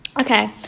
Okay